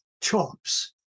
chops